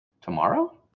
tomorrow